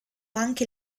anche